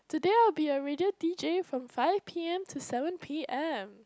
today I will be a radio d_j from five p_m to seven p_m